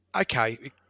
Okay